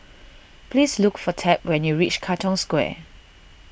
please look for Tab when you reach Katong Square